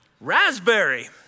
raspberry